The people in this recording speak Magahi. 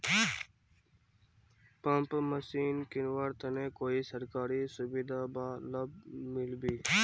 पंप मशीन किनवार तने कोई सरकारी सुविधा बा लव मिल्बी?